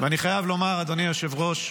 ואני חייב לומר, אדוני היושב-ראש,